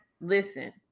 listen